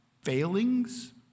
failings